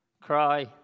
cry